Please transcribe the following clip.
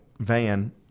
Van